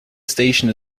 station